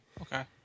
Okay